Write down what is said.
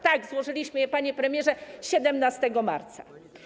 Tak, złożyliśmy je, panie premierze, 17 marca.